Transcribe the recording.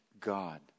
God